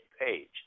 page